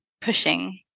pushing